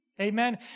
Amen